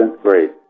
great